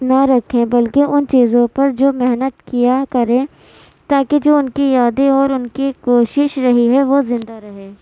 نہ رکھیں بلکہ ان چیزوں پر جو محنت کیا کریں تاکہ جو ان کی یادیں اور ان کی کوشش رہی ہے وہ زندہ رہے